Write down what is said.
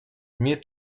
mnie